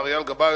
מר אייל גבאי,